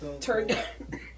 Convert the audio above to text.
turned